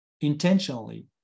intentionally